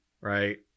right